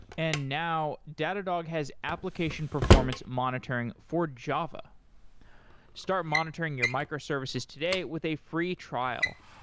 and now datadog has application performance monitoring for java start monitoring your microservices today with a free trial.